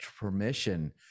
permission